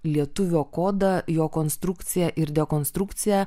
lietuvio kodą jo konstrukciją ir dekonstrukcija